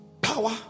power